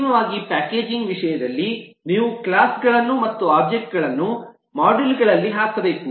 ಅಂತಿಮವಾಗಿ ಪ್ಯಾಕೇಜಿಂಗ್ ವಿಷಯದಲ್ಲಿ ನೀವು ಕ್ಲಾಸ್ ಗಳನ್ನು ಮತ್ತು ಒಬ್ಜೆಕ್ಟ್ಗಳನ್ನು ಮಾಡ್ಯೂಲ್ಗಳಲ್ಲಿ ಹಾಕಬೇಕು